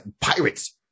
pirates